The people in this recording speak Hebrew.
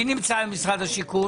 מי נמצא ממשרד השיכון?